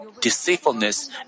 deceitfulness